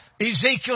Ezekiel